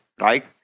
right